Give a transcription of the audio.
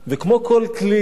כמו כל כלי,